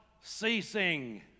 ceasing